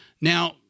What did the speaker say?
Now